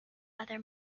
other